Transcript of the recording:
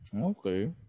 Okay